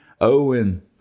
Owen